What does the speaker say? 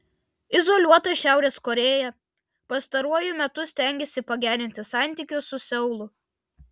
izoliuota šiaurės korėja pastaruoju metu stengiasi pagerinti santykius su seulu